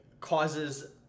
causes